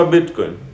Bitcoin